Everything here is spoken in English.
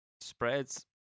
spreads